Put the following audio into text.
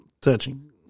touching